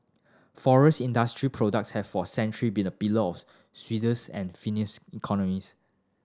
forest industry products have for century been a pillar of Swedish and Finnish economies